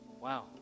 Wow